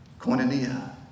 Koinonia